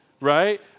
right